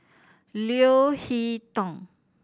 Leo Hee Tong